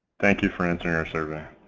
thank you for answering our survey.